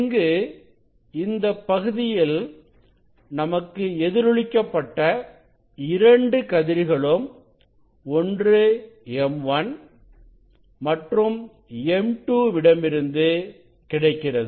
இங்கு இந்தப் பகுதியில் நமக்கு எதிரொலிக்கப்பட்ட இரண்டு கதிர்களும் ஒன்று M1 மற்றும் M2 விடமிருந்து கிடைக்கிறது